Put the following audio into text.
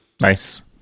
Nice